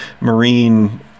Marine